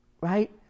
right